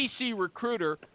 pcrecruiter